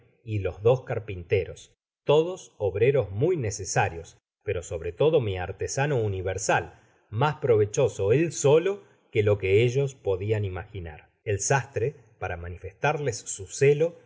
y los dos carpinteros todos obreros muy necesarios pero sobre todo mi artesano universal mas provechoso él solo que lo que ellos podian imaginar i el sastre para manifestarles su celo